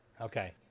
Okay